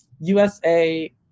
USA